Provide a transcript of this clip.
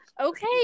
Okay